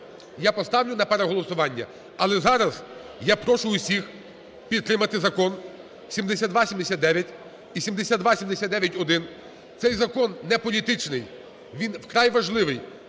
Я поставлю на переголосування. Але зараз я прошу всіх підтримати закон 7279 і 7279-1. Цей закон неполітичний, він вкрай важливий